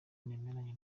nemeranya